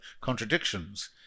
contradictions